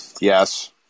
yes